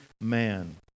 man